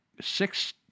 six